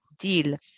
deal